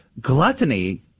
gluttony